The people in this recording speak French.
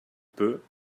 peu